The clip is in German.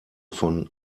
von